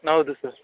ಹೌದು ಸರ್